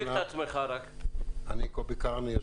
אני קובי קרני,